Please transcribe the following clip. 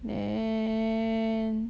then